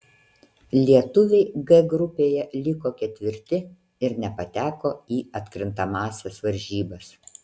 lietuviai g grupėje liko ketvirti ir nepateko į atkrintamąsias varžybas